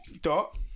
Dot